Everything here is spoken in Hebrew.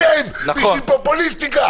אתם, בשביל פופוליסטיקה.